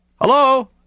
Hello